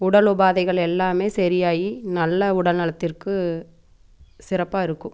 உடல் உபாதைகள் எல்லாமே சரி ஆகி நல்ல உடல்நலத்திற்கு சிறப்பாக இருக்கும்